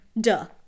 Duh